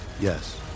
Yes